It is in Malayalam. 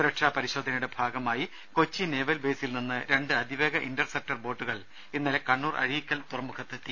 സുരക്ഷ പരിശോധനയുടെ ഭാഗമായി കൊച്ചി നേവൽ ബേസിൽ നിന്ന് രണ്ട് അതിവേഗ ഇന്റർസെപ്റ്റർ ബോട്ടുകൾ ഇന്നലെ കണ്ണൂർ അഴീക്കൽ തുറമുഖത്തെത്തി